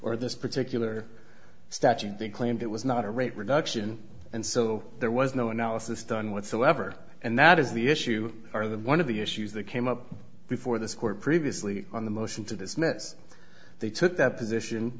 or this particular statute the claimed it was not a rate reduction and so there was no analysis done whatsoever and that is the issue or the one of the issues that came up before this court previously on the motion to dismiss they took that position